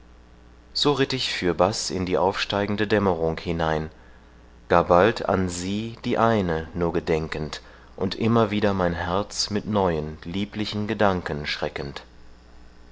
so ritt ich fürbaß in die aufsteigende dämmerung hinein gar bald an sie die eine nur gedenkend und immer wieder mein herz mit neuen lieblichen gedanken schreckend